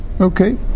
Okay